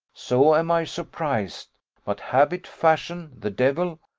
so am i surprised but habit, fashion, the devil,